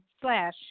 slash